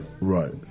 Right